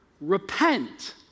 repent